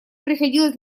приходилось